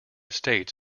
states